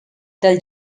del